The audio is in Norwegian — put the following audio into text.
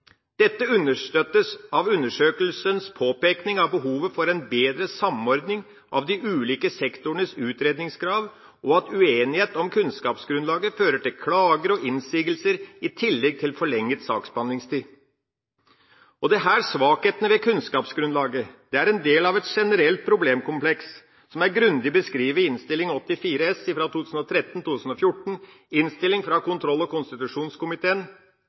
en bedre samordning av de ulike sektorenes utredningskrav og av at uenighet om kunnskapsgrunnlaget fører til klager og innsigelser i tillegg til forlenget saksbehandlingstid. Disse svakhetene ved kunnskapsgrunnlaget er en del av et generelt problemkompleks som er grundig beskrevet i Innst. 84 S for 2013–2014 Innstilling fra kontroll- og konstitusjonskomiteen